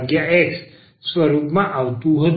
જે આ સ્વરૂપમાં dydxfyx આપવામાં આવ્યું હતું